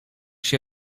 się